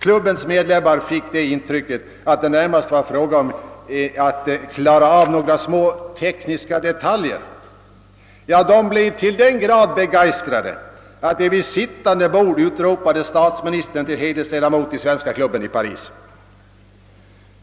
Klubbens medlemmar fick det intrycket att det närmast var fråga om att klara av några små tekniska detaljer. De blev till den grad begeistrade att de vid sittande bord utropade statsministern till hedersledamot av klubben.